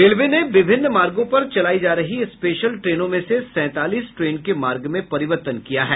railway ने विभिन्न मार्गों पर चलाई जा रही स्पेशल ट्रेनों में से सैंतालीस ट्रेन के मार्ग में परिवर्तन किया है